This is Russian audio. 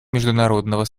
международного